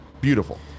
beautiful